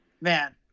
man